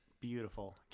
Beautiful